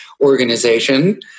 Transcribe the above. organization